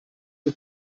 più